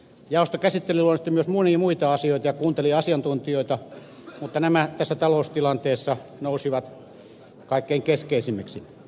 jaosto käsitteli luonnollisesti myös monia muita asioita ja kuunteli asiantuntijoita mutta nämä tässä taloustilanteessa nousivat kaikkein keskeisimmiksi